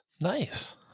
Nice